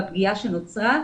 בפגיעה שנוצרה,